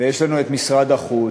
ויש לנו משרד החוץ.